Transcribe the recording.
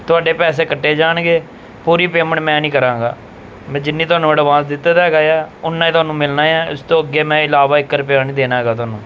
ਤੁਹਾਡੇ ਪੈਸੇ ਕੱਟੇ ਜਾਣਗੇ ਪੂਰੀ ਪੇਮੈਂਟ ਮੈਂ ਨਹੀਂ ਕਰਾਂਗਾ ਮੈਂ ਜਿੰਨੀ ਤੁਹਾਨੂੰ ਐਡਵਾਂਸ ਦਿੱਤਾ ਤਾ ਹੈਗਾ ਆ ਉੰਨਾ ਹੀ ਤੁਹਾਨੂੰ ਮਿਲਣਾ ਆ ਇਸ ਤੋਂ ਅੱਗੇ ਮੈਂ ਇਲਾਵਾ ਇੱਕ ਰੁਪਇਆ ਨਹੀਂ ਦੇਣਾ ਹੈਗਾ ਤੁਹਾਨੂੰ